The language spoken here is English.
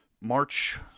March